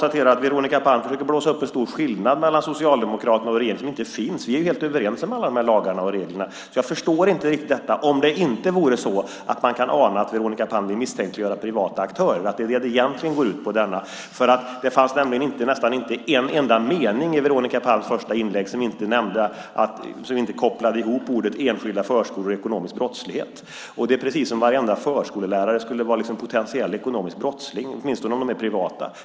Veronica Palm försöker blåsa upp en stor skillnad mellan Socialdemokraterna och regeringen som inte finns. Vi är helt överens om alla de här lagarna och reglerna. Jag förstår inte riktigt detta om det inte vore så att man kan ana att Veronica Palm vill misstänkliggöra privata aktörer, att det är det som det egentligen går ut på. Det fanns knappt någon enda mening i Veronica Palms första inlägg som inte kopplade ihop ordet enskilda förskolor och ekonomisk brottslighet. Det är precis som om varenda förskollärare skulle vara en potentiell ekonomisk brottsling, åtminstone om de är privata.